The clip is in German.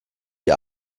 die